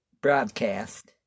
broadcast